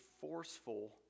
forceful